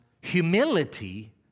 Humility